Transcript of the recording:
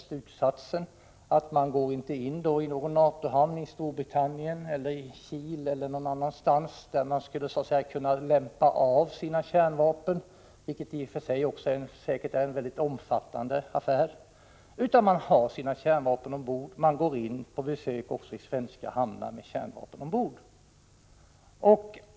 1985/86:7 in i någon NATO-hamn i Storbritannien, i Kiel eller någon annanstans där 10 oktober 1985 man skulle kunna lämpa av sina kärnvapen — vilket säkert är en omfattande affär — utan man har sina kärnvapen ombord och man går in också i svenska hamnar med kärnvapen ombord.